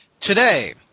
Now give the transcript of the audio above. Today